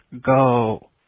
go